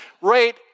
right